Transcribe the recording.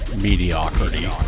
mediocrity